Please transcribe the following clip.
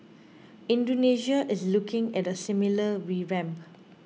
Indonesia is looking at a similar revamp